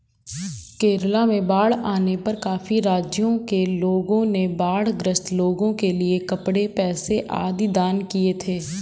केरला में बाढ़ आने पर काफी राज्यों के लोगों ने बाढ़ ग्रस्त लोगों के लिए कपड़े, पैसे आदि दान किए थे